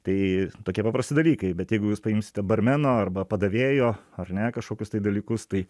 tai tokie paprasti dalykai bet jeigu jūs paimsite barmeno arba padavėjo ar ne kažkokius tai dalykus tai